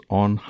on